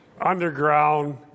underground